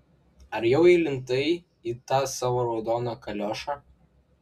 ar jau įlindai į tą savo raudoną kaliošą